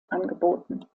angeboten